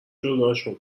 جداشون